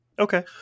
okay